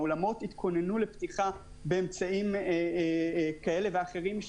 האולמות התכוננו לפתיחה באמצעים כאלה ואחרים,